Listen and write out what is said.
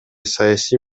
саясий